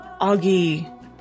Augie